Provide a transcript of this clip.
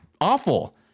awful